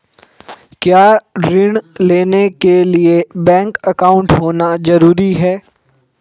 क्या ऋण लेने के लिए बैंक अकाउंट होना ज़रूरी है?